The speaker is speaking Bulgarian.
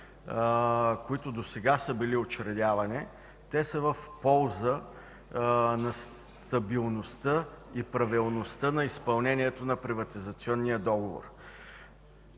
които досега са били учредявани, са в полза на стабилността и правилността на изпълнението на приватизационния договор.